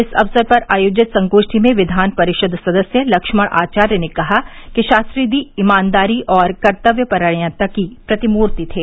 इस अवसर पर आयोजित संगोष्ठी में विधान परिषद सदस्य लक्ष्मण आचार्य ने कहा कि शास्त्री जी ईमानदारी और कर्तव्य परायणता की प्रतिमूर्ति थे